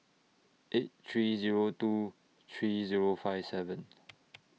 eight three Zero two three Zero five seven